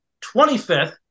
25th